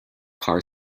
car